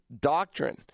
doctrine